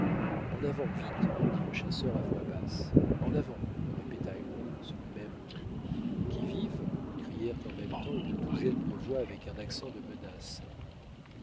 en avant vite dit le chasseur à voix basse en avant répéta heyward sur le même ton qui vive crièrent en même temps une douzaine de voix avec un accent de menace